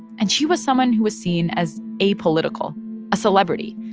and she was someone who was seen as apolitical a celebrity,